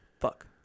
fuck